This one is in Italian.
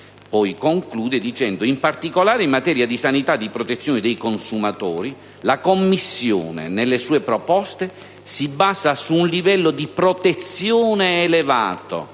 si conclude stabilendo che in particolare in materia di sanità e di protezione dei consumatori la Commissione europea nelle sue proposte si basa su un livello di protezione elevato,